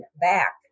back